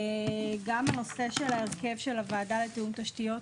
גם הנושא של ההרכב של הוועדה לתיאום תשתיות,